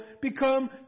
become